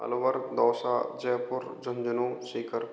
Alwar Dausa Jaipur Jhunjhunu Sikar